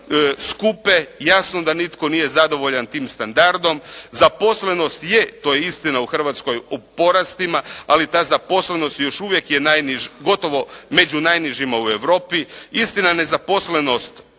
jasno da nitko nije zadovoljan tim standardom zaposlenost je to je istina u Hrvatskoj u porastima, ali ta zaposlenost još uvijek je gotovo među najnižima u Europi. Istina nezaposlenost